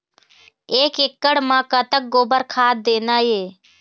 एक एकड़ म कतक गोबर खाद देना ये?